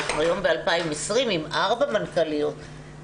אנחנו היום ב-2020 עם ארבע מנכ"ליות.